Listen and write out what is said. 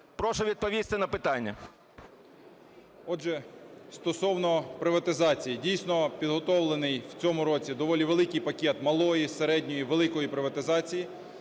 Прошу відповісти на питання. 10:19:09 ШМИГАЛЬ Д.А. Отже, стосовно приватизації. Дійсно, підготовлений у цьому році доволі великий пакет малої, середньої, великої приватизації.